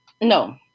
no